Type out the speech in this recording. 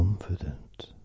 Confident